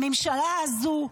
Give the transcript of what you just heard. הממשלה הזאת,